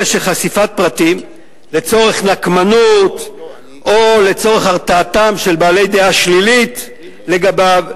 של חשיפת פרטים לצורך נקמנות או לצורך הרתעתם של בעלי דעה שלילית לגביו,